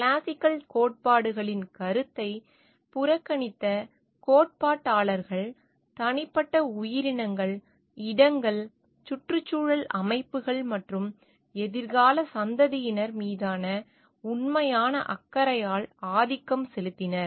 classical கோட்பாடுகளின் கருத்தை புறக்கணித்த கோட்பாட்டாளர்கள் தனிப்பட்ட உயிரினங்கள் இடங்கள் சுற்றுச்சூழல் அமைப்புகள் மற்றும் எதிர்கால சந்ததியினர் மீதான உண்மையான அக்கறையால் ஆதிக்கம் செலுத்தினர்